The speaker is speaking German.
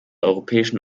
europäischen